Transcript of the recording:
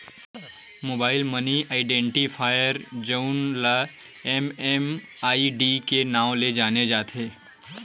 mobile money identifier जउन ल MMID के नांव ले जाने जाथे